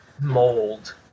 mold